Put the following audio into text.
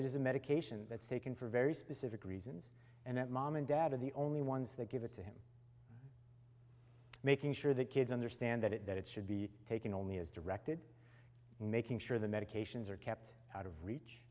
it is a medication that's taken for very specific reasons and that mom and dad are the only ones that give it to him making sure that kids understand that it should be taken only as directed and making sure the medications are kept out of reach